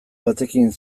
batekin